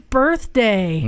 birthday